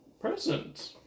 present